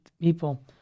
people